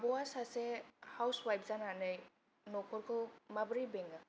आब'आ सासे housewife जानानै नखरखौ माबोरै बेङो